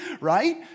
right